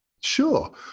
Sure